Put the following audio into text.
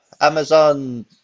Amazon